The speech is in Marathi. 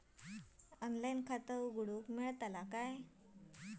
ऑनलाइन खाता उघडूक मेलतला काय?